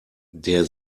der